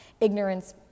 ignorance